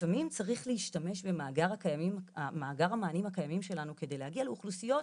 לפעמים צריך להשתמש במאגר המענים הקיימים שלנו כדי להגיע לאוכלוסיות,